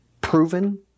proven